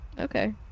Okay